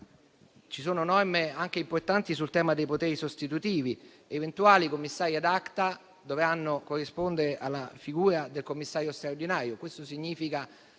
ci sono norme anche importanti sul tema dei poteri sostitutivi. Eventuali commissari *ad acta* dovranno corrispondere alla figura del commissario straordinario: